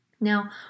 Now